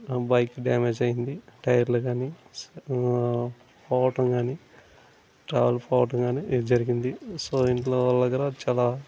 bike damage అయ్యింది టైర్లు కానీ పోవటం కానీ రాలి పోవటం కానీ ఇది జరిగింది సో ఇంట్లో వాళ్ళ దగ్గర చాలా